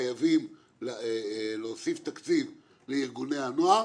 חייבים להוסיף תקציב לארגוני הנוער,